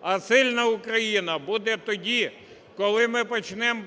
А сильна Україна буде тоді, коли ми почнемо